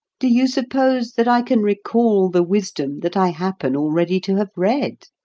do you suppose that i can recall the wisdom that i happen already to have read?